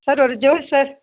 sir ஒரு ஜோஸ் sir